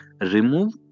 remove